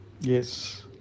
yes